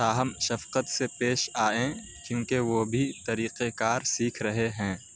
تاہم شفقت سے پیش آئیں کیونکہ وہ بھی طریقۂ کار سیکھ رہے ہیں